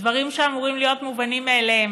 דברים שאמורים להיות מובנים מאליהם,